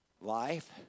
life